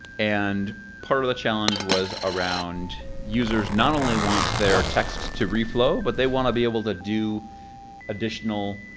and part of the challenge was around users not only want their text to reflow, but they want to be able to do additional